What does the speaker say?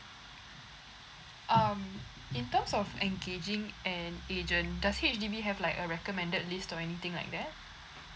um in terms of engaging an agent does H_D_B have like a recommended list or anything like that